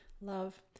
love